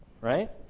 right